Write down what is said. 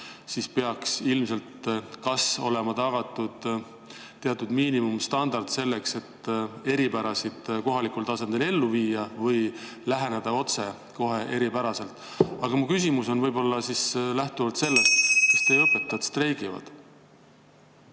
siis peaks ilmselt kas olema tagatud teatud miinimumstandard selleks, et eripärasid kohalikul tasandil arvestada, või siis läheneda otse, kohe eripäraselt. Aga mu küsimus on sellest lähtuvalt: kas teie õpetajad streigivad?